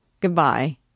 Goodbye